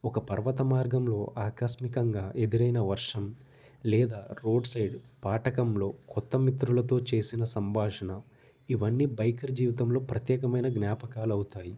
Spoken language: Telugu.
ఒక పర్వత మార్గంలో ఆకస్మికంగా ఎదురైన వర్షం లేదా రోడ్ సైడ్ పాటకంలో కొత్త మిత్రులతో చేసిన సంభాషణ ఇవన్నీ బైకర్ జీవితంలో ప్రత్యేకమైన జ్ఞాపకాలవుతాయి